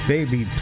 Baby